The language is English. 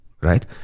right